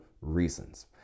reasons